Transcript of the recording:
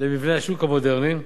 למבנה השוק המודרני,